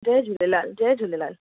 जय झूलेलाल जय झूलेलाल